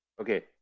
Okay